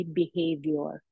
behavior